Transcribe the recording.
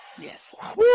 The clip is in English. yes